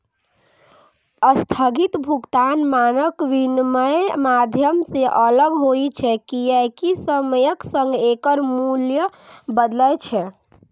स्थगित भुगतान मानक विनमय माध्यम सं अलग होइ छै, कियैकि समयक संग एकर मूल्य बदलै छै